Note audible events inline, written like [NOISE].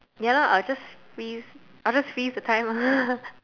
ya lor I just freeze I just freeze the time ah [LAUGHS]